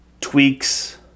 tweaks